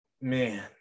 Man